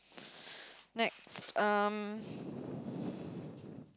next um